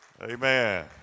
Amen